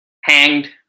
hanged